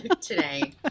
Today